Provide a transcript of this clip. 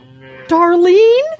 Darlene